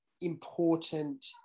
important